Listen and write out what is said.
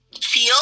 feel